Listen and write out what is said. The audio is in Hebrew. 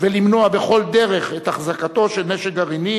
ולמנוע בכל דרך את החזקתו של נשק גרעיני